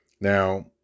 Now